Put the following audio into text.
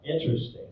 interesting